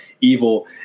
evil